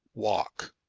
walk.